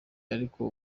ariko